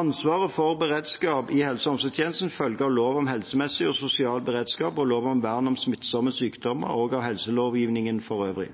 Ansvaret for beredskap i helse- og omsorgstjenesten følger av lov om helsemessig og sosial beredskap og lov om vern mot smittsomme sykdommer og av helselovgivningen for øvrig.